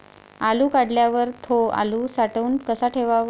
आलू काढल्यावर थो आलू साठवून कसा ठेवाव?